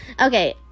okay